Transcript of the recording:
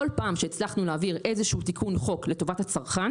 כל פעם שהצלחנו להעביר איזה שהוא תיקון חוק לטובת הצרכן